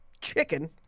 chicken